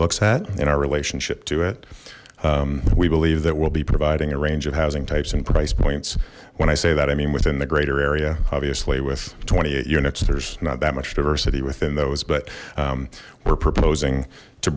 looks at in our relationship to it we believe that we'll be providing a range of housing types and provides when i say that i mean within the greater area obviously with twenty eight units there's not that much diversity within those but we're proposing to